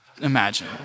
imagine